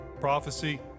prophecy